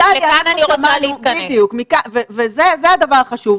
זה הדבר החשוב.